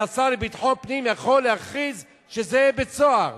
השר לביטחון פנים יכול להכריז שזה בית-סוהר.